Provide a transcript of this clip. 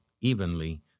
evenly